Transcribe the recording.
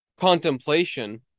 contemplation